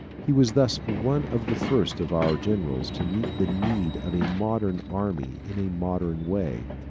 he was thus one of the first of our generals to meet the need of a modern army in a modern way.